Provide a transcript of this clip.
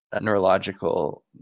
neurological